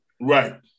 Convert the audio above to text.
right